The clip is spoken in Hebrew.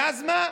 ואז מה?